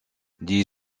dit